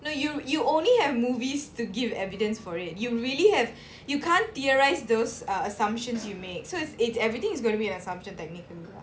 no you you only have movies to give evidence for it you really have you can't theorise those uh assumptions you make so it's it's everything is gonna be an assumption technically lah